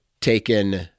taken